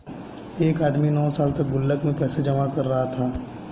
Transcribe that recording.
एक आदमी नौं सालों तक गुल्लक में पैसे जमा कर रहा था